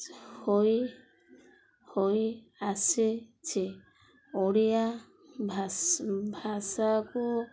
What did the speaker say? ହୋଇ ହୋଇ ଆସିଛି ଓଡ଼ିଆ ଭାଷ ଭାଷାକୁ